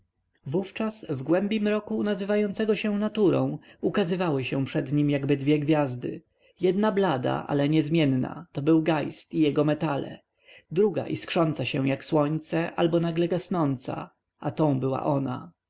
wówczas w głębi mroku nazywającego się naturą ukazywały się przed nim jakby dwie gwiazdy jedna blada ale niezmienna to był geist i jego metale druga iskrząca się jak słońce albo nagle gasnąca a tą była ona